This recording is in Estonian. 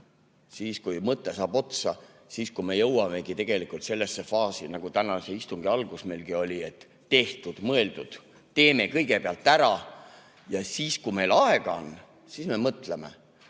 on, kui mõte saab otsa, kui me jõuamegi tegelikult sellesse faasi, nagu meil tänase istungi alguski oli. Tehtud – mõeldud. Teeme kõigepealt ära ja siis, kui meil aega on, me mõtleme.